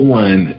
one